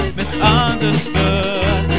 misunderstood